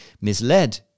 misled